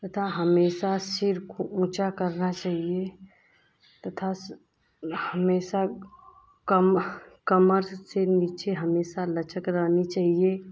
तथा हमेशा सिर को ऊँचा करना चाहिए तथास हमेशा कम कमर से नीचे हमेशा लचक रहनी चाहिए